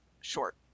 short